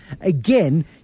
again